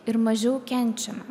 ir mažiau kenčiame